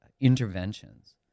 interventions